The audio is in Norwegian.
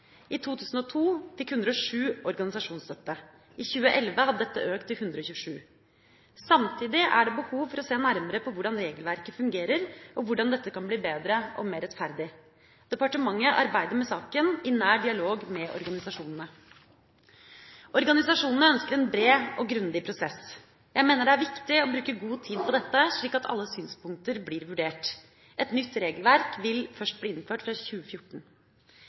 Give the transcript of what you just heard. I 2002 fikk 107 organisasjonsstøtte. I 2011 hadde dette økt til 127. Samtidig er det behov for å se nærmere på hvordan regelverket fungerer, og hvordan dette kan bli bedre og mer rettferdig. Departementet arbeider med saken i nær dialog med organisasjonene. Organisasjonene ønsker en bred og grundig prosess. Jeg mener det er viktig å bruke god tid på dette, slik at alle synspunkter blir vurdert. Et nytt regelverk vil først bli innført fra 2014.